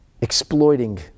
exploiting